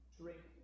drink